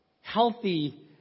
healthy